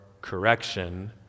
correction